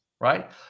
right